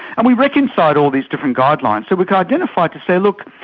and we reconciled all these different guidelines so we could identify to say, look,